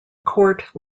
court